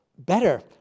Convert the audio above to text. Better